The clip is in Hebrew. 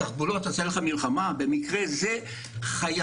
בתחבולות תעשה לך מלחמה - במקרה זה חייבים.